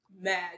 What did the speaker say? mad